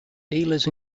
dealers